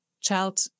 child